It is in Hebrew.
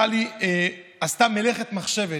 שעשתה מלאכת מחשבת,